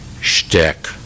shtick